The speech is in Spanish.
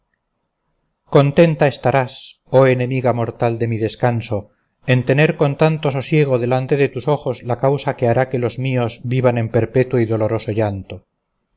contenta estarás oh enemiga mortal de mi descanso en tener con tanto sosiego delante de tus ojos la causa que hará que los míos vivan en perpetuo y doloroso llanto